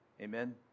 Amen